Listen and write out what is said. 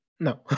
No